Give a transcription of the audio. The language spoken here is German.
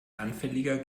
anfälliger